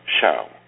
Show